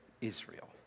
Israel